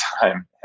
time